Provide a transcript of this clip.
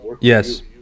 Yes